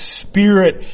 spirit